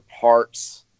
parts